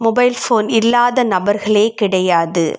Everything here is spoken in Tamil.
மொபைல் ஃபோன் இல்லாத நபர்களே கிடையாது